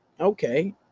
okay